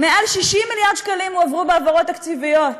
מעל 60 מיליארד שקלים הועברו בהעברות תקציביות.